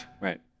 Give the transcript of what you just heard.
Right